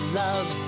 love